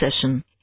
session